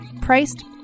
priced